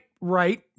right